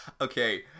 Okay